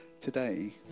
today